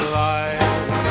life